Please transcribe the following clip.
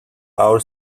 our